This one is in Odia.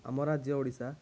ଆମ ରାଜ୍ୟ ଓଡ଼ିଶା